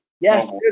Yes